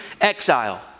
exile